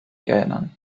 erinnern